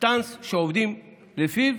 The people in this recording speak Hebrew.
שטנץ שעובדים לפיו.